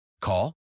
Call